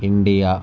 India